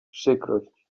przykrość